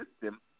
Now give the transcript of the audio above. system